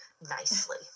nicely